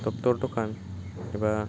doctor दखान एबा